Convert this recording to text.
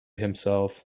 himself